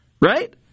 Right